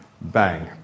bang